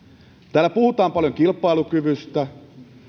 täällä puhutaan paljon kilpailukyvystä